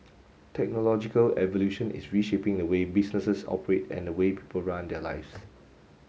technological evolution is reshaping the way businesses operate and the way people run their lives